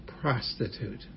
prostitute